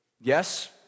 Yes